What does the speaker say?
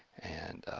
and